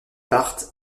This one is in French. partent